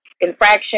infraction